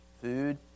food